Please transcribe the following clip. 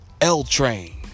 L-Train